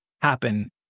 happen